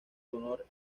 honor